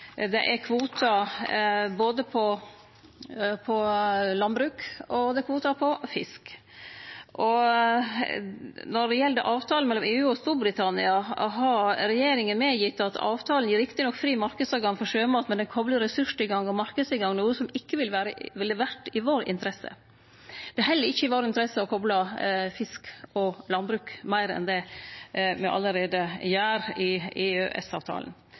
det er kvotar både på landbruk og på fisk. Når det gjeld avtalen mellom EU og Storbritannia, har regjeringa medgitt at: «Avtalen gir riktignok fri markedsadgang for sjømat, men den kobler ressurstilgang og markedsadgang, noe som ikke ville vært i vår interesse.» Det er heller ikkje i vår interesse å kople fisk og landbruk meir enn det me allereie gjer i